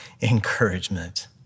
encouragement